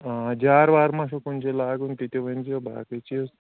آ جار وار مہ چھُو کُنہِ جایہِ لاگُن تہِ تہِ ؤنۍزیو باقٕے چیٖز